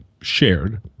shared